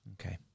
Okay